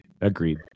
Agreed